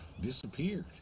disappeared